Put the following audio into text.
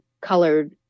colored